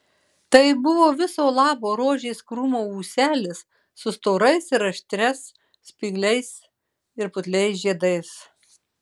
tai buvo viso labo rožės krūmo ūselis su storais ir aštrias spygliais ir putliais žiedais